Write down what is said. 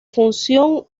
función